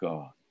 God